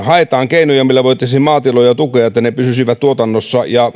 haetaan keinoja millä voitaisiin maatiloja tukea että ne pysyisivät mukana tuotannossa ja